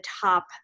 top